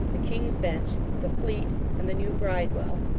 the king's bench, the fleet, and the new bridewell.